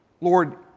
Lord